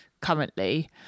currently